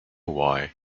why